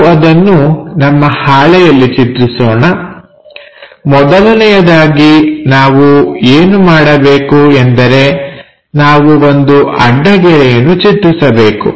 ನಾವು ಅದನ್ನು ನಮ್ಮ ಹಾಳೆಯಲ್ಲಿ ಚಿತ್ರಿಸೋಣ ಮೊದಲನೆಯದಾಗಿ ನಾವು ಏನು ಮಾಡಬೇಕು ಎಂದರೆ ನಾವು ಒಂದು ಅಡ್ಡ ಗೆರೆಯನ್ನು ಚಿತ್ರಿಸಬೇಕು